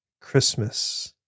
Christmas